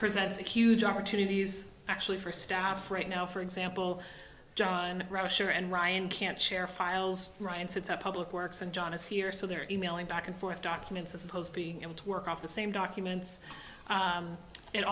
presents a huge opportunities actually for staff right now for example john rusher and ryan can't share files ryan said public works and john is here so they're e mailing back and forth documents as opposed to being able to work off the same documents